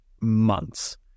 months